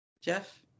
Jeff